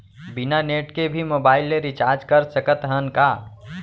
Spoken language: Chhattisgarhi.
बिना नेट के भी मोबाइल ले रिचार्ज कर सकत हन का?